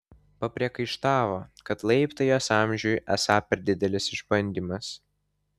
papriekaištavo kad laiptai jos amžiui esą per didelis išbandymas